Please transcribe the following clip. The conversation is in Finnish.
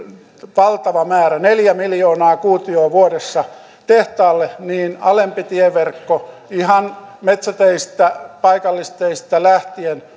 valtava määrä neljä miljoonaa kuutiota vuodessa tehtaalle niin alempi tieverkko ihan metsäteistä ja paikallisteistä lähtien